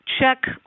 check